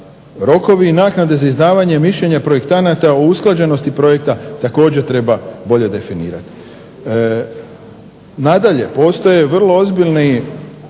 Rokovi i naknade za izdavanje mišljenja projektanata o usklađenosti projekta također treba bolje definirati. Nadalje, postoje vrlo ozbiljni